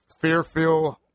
Fairfield